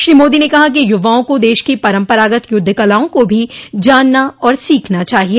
श्री मोदी ने कहा कि युवाओं को देश की परम्परागत युद्ध कलाओं को भी जानना और सीखना चाहिए